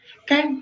okay